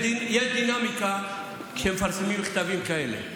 יש דינמיקה, כשמפרסמים מכתבים כאלה.